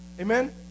Amen